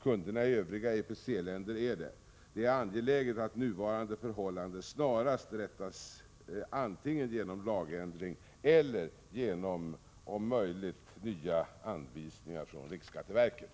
Kunderna i övriga EPC-länder är det. Det är angeläget att det nuvarande förhållandet snarast möjligt rättas, antingen genom lagändring eller om möjligt genom nya anvisningar från riksskatteverket.